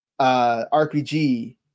RPG